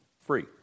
Free